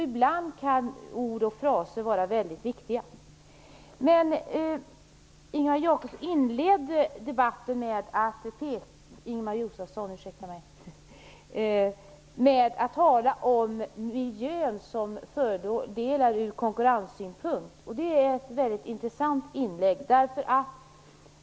Ibland kan ord och fraser vara väldigt viktiga. Men Ingemar Josefsson inledde med att tala om miljön som fördelar ur konkurrenssynpunkt. Det är ett väldigt intressant inlägg.